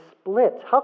split